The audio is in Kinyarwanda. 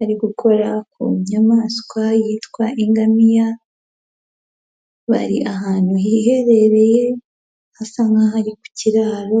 ari gukora ku nyamaswa yitwa ingamiya, bari ahantu hiherereye hasa nk'aho ari ku kiraro...